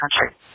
country